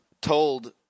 told